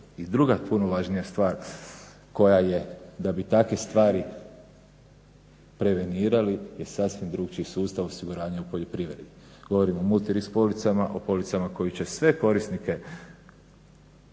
I druga puno važnija stvar, koja je da bi takve stvari prevenirali je sasvim drukčiji sustav osiguranja u poljoprivredi. Govorimo o multirisk policama, o policama koji će sve korisnike